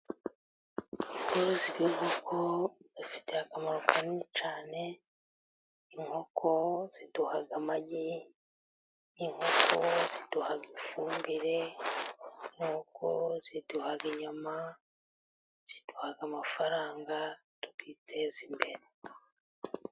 Ubucuruzi bw'inkoko budufitiye akamaro kanini cyane, inkoko ziduha amagi, inko ziduha ifumbire inkoko ziduha inyama ziduha amafaranga tukiteza imbere.